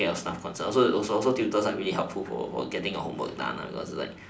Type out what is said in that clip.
get your stuff consult also also tutor are really helpful for getting your homework done because is like